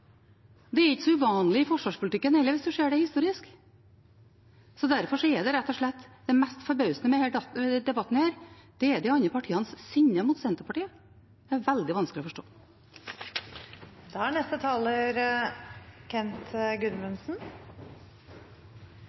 Det er ikke så uvanlig i forsvarspolitikken heller, hvis en ser det historisk. Derfor er rett og slett det mest forbausende med denne debatten de andre partienes sinne mot Senterpartiet. Det er veldig vanskelig å forstå. Med respekt å melde: Det som virkelig er